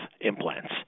implants